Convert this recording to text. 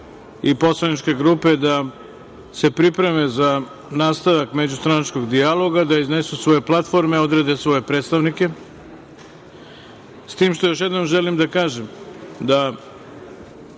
i poslaničke grupe da se pripreme za nastavak međustranačkog dijaloga, da iznesu svoje platforme, odrede svoje predstavnike. Još jedom želim da im kažem da